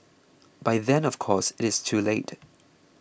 by then of course it is too late